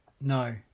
No